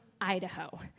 Idaho